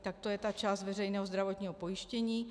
Tak to je ta část veřejného zdravotního pojištění.